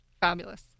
Fabulous